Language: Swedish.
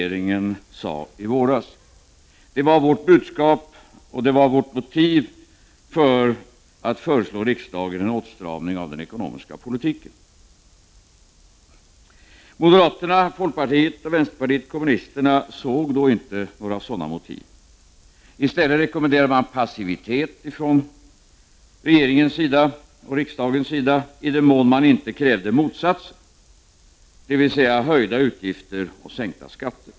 Men under ytan växer problemen: inflationen är för hög, lönerna fortsätter att växa långt snabbare än i de viktigaste konkurrentländerna, svenska företag förlorar marknadsandelar i snabb takt både hemma och utomlands och underskottet i bytesbalansen växer. Konjunkturinstitutet väntar sig en påtaglig uppbromsning av tillväxten under nästa år. Samtidigt utmärks läget på arbetsmarknaden av flaskhalsar och brist på arbetskraft på flera håll. Här upprepas egentligen vad regeringen sade i våras. Det var vårt budskap och vårt motiv för att föreslå riksdagen en åtstramning av den ekonomiska politiken. Moderaterna, folkpartiet och vänsterpartiet kommunisterna såg då inte längre sådana motiv. I stället rekommenderade man passivitet från regeringens och riksdagens sida i den mån som man inte krävde motsatsen, dvs. höjning av utgifterna och sänkning av skatterna.